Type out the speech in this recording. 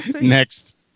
Next